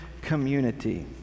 community